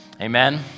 Amen